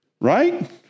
right